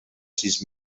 sis